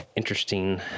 interesting